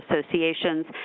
associations